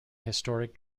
historic